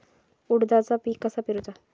उडदाचा बिया कसा पेरूचा?